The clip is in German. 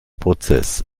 prozess